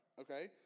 Okay